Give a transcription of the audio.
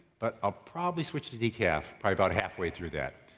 but i'll probably switch to decaf probably about halfway through that.